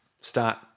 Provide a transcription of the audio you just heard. start